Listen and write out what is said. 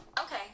Okay